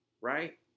right